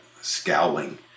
scowling